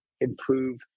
improve